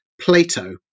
Plato